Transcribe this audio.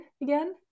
again